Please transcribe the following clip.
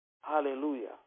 Hallelujah